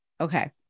Okay